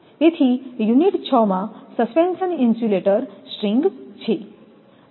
તેથી યુનિટ 6 માં suspension insulator string છે